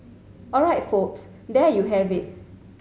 all right folks there you have it